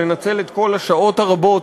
לנצל את כל השעות הרבות